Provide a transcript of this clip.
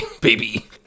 baby